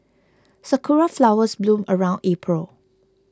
sakura flowers bloom around April